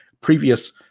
previous